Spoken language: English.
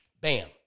Bam